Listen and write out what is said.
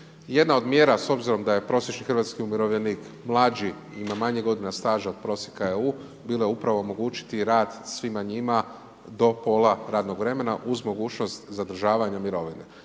jedna od mjera s obzirom da je prosječni hrvatski umirovljenik mlađi i ima manje godina staža od prosjeka EU bila je upravo omogućiti rad svima njima do pola radnog vremena uz mogućnost zadržavanja mirovine.